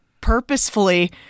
purposefully